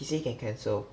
he say can cancel